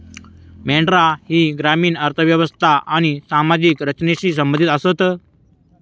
मेंढरा ही ग्रामीण अर्थ व्यवस्था आणि सामाजिक रचनेशी संबंधित आसतत